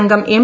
അംഗം എം